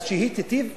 אז שהיא תיטיב אתם,